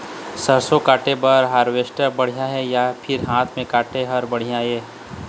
सरसों काटे बर हारवेस्टर बढ़िया हे या फिर हाथ म काटे हर बढ़िया ये?